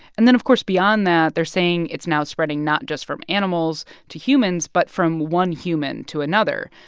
and then, of course, beyond that, they're saying it's now spreading not just from animals to humans but from one human to another.